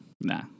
nah